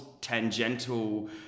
tangential